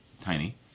tiny